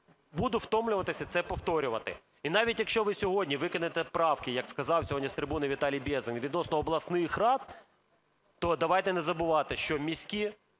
буду втомлюватися це повторювати. І навіть якщо ви сьогодні викинете правки, як сказав сьогодні з трибуни Віталій Безгін, відносно обласних рад, то давайте не забувати, що міські